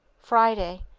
friday,